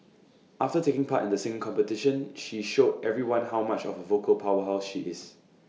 after taking part in the singing competition she showed everyone how much of A vocal powerhouse she is